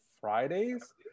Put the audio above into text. Fridays